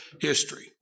history